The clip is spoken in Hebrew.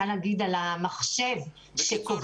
בקצרה,